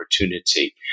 opportunity